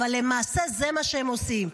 אבל למעשה זה מה שהם עושים.